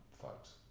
folks